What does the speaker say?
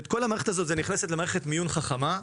כל המערכת הזאת נכנסת למערכת מיון חכמה,